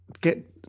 get